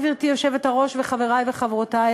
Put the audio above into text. גברתי היושבת-ראש וחברי וחברותי,